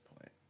point